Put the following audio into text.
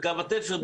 בקו התפר,